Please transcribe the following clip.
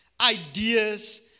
ideas